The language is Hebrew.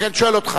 אני שואל אותך: